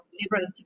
liberal